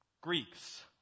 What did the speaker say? Greeks